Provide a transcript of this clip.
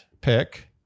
pick